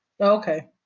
Okay